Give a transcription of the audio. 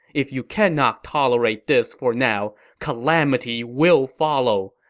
if you cannot tolerate this for now, calamity will follow.